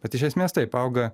bet iš esmės taip auga